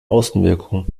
außenwirkung